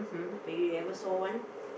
but you ever saw one